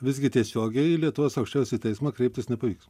visgi tiesiogiai į lietuvos aukščiausiąjį teismą kreiptis nepavyks